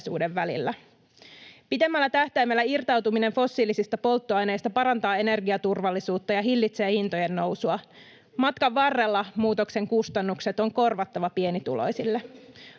Pitemmällä tähtäimellä irtautuminen fossiilisista polttoaineista parantaa energiaturvallisuutta ja hillitsee hintojen nousua. Matkan varrella muutoksen kustannukset on korvattava pienituloisille.